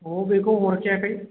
अ बेखौ हरखायाखै